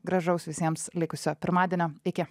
gražaus visiems likusio pirmadienio iki